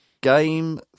game